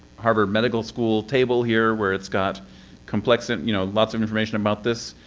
harvard medical school table here, where it's got complex and you know lots of information about this